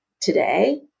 today